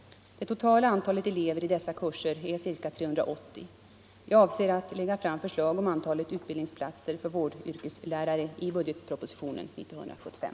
Det totala antalet elever i dessa kurser är ca 380. Jag avser att lägga fram förslag om antalet utbildningsplatser för vårdyrkeslärare i budgetpropositionen 1975.